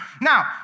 Now